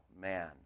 man